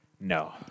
No